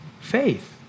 faith